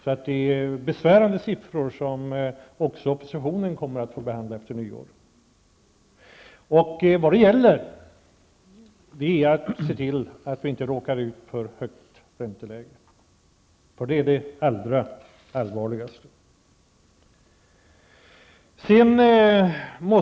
Det här är besvärande siffror som även oppositionen kommer att få behandla efter nyår. Det gäller att se till att vi inte råkar ut för ett högt ränteläge. Det är det allra allvarligaste.